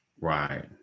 right